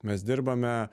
mes dirbame